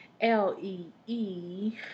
L-E-E